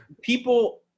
People